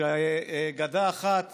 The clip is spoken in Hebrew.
שגדה אחת